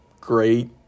great